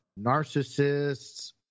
narcissists